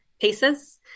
pieces